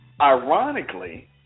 ironically